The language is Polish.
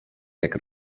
jak